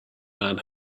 man